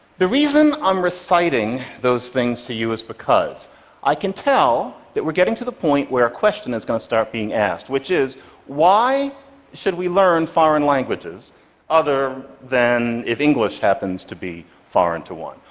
the reason i'm reciting those things to you is because i can tell that we're getting to the point where a question is going to start being asked, which is why should we learn foreign languages other than if english happens to be foreign to one?